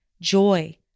joy